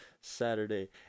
Saturday